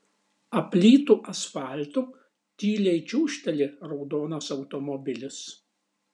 aplytu asfaltu tyliai čiūžteli raudonas automobilis